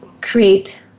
create